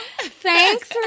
Thanks